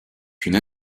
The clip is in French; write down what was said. une